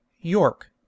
york